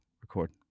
record